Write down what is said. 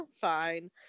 fine